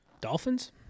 Dolphins